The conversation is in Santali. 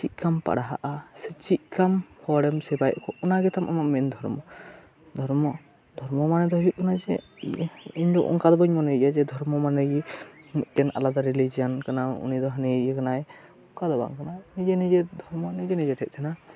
ᱪᱮᱫ ᱞᱮᱠᱟᱢ ᱯᱟᱲᱦᱟᱜᱼᱟ ᱥᱮ ᱪᱮᱫ ᱞᱮᱠᱟ ᱦᱚᱲᱮᱢ ᱥᱮᱵᱟᱭᱮᱫ ᱠᱚᱣᱟ ᱚᱱᱟ ᱜᱮᱛᱟᱢ ᱟᱢᱟᱜ ᱢᱮᱱ ᱫᱷᱚᱨᱢᱚ ᱫᱷᱚᱨᱢᱚ ᱫᱷᱚᱨᱢᱚ ᱢᱟᱱᱮ ᱫᱚ ᱦᱩᱭᱩᱜ ᱠᱟᱱᱟ ᱡᱮ ᱤᱧ ᱫᱚ ᱚᱱᱠᱟᱫᱚ ᱵᱟᱹᱧ ᱢᱚᱱᱮᱭ ᱜᱮᱭᱟ ᱡᱮ ᱫᱷᱚᱨᱢᱚ ᱢᱟᱱᱮᱫᱚ ᱡᱮ ᱫᱷᱚᱨᱢᱚ ᱢᱟᱱᱮᱜᱮ ᱢᱤᱫᱴᱮᱱ ᱟᱞᱟᱫᱟ ᱨᱤᱞᱤᱡᱤᱭᱚᱱ ᱠᱟᱱᱟ ᱩᱱᱤᱫᱚ ᱦᱟᱹᱱᱤ ᱤᱭᱟᱹ ᱠᱟᱱᱟᱭ ᱚᱱᱠᱟᱫᱚ ᱵᱟᱝ ᱱᱤᱡᱮ ᱱᱤᱡᱮ ᱫᱷᱚᱨᱢᱚ ᱱᱤᱡᱮ ᱱᱤᱡᱮᱴᱷᱮᱱ ᱠᱟᱱᱟ